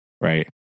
right